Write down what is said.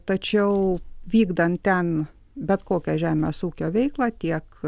tačiau vykdant ten bet kokią žemės ūkio veiklą tiek